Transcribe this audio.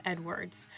Edwards